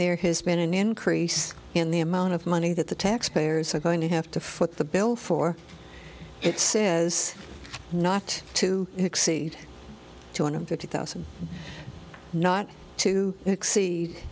there has been an increase in the amount of money that the taxpayers are going to have to foot the bill for it says not to exceed two hundred fifty thousand not to exceed